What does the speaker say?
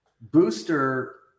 Booster